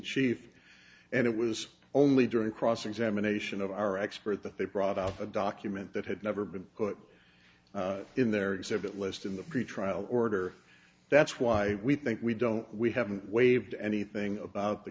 chief and it was only during cross examination of our expert that they brought out a document that had never been put in their exhibit list in the pretrial order that's why we think we don't we haven't waived anything about the